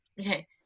Okay